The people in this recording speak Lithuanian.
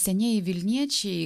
senieji vilniečiai